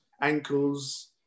ankles